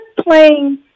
playing